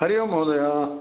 हरि ओम् महोदय